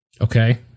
Okay